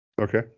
Okay